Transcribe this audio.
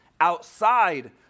outside